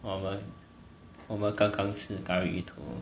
我们我刚刚吃 curry 鱼头